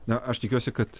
na aš tikiuosi kad